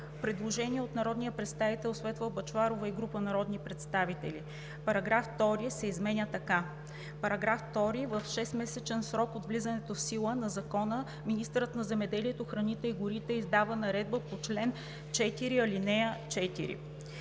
Предложение от народния представител Светла Бъчварова и група народни представители: „§ 2 се изменя така: „§ 2. В шестмесечен срок от влизането в сила на закона министърът на земеделието, храните и горите издава наредбата по чл. 4, ал. 4“.